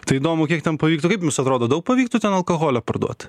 tai įdomu kiek ten pavyktų kaip jums atrodo daug pavyktų ten alkoholio parduot